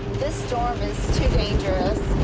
this storm is too dangerous.